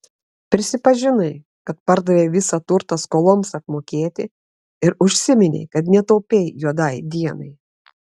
prisipažinai kad pardavei visą turtą skoloms apmokėti ir užsiminei kad netaupei juodai dienai